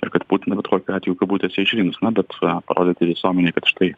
ir kad putiną bet kokiu atveju kabutėse išrinks na bet parodyti visuomenei kad štai